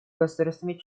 государствами